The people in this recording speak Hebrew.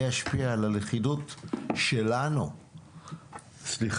זה ישפיע על הלכידות שלנו כמדינה.